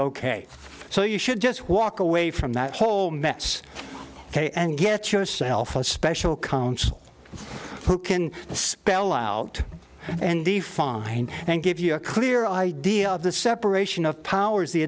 ok so you should just walk away from that whole mess ok and get yourself a special counsel who can spell out and define and give you a clear idea of the separation of powers the